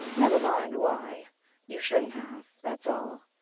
never mind why you shouldn't have that's all.